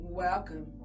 Welcome